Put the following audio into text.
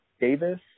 Davis